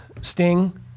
sting